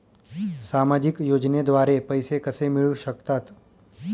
सामाजिक योजनेद्वारे पैसे कसे मिळू शकतात?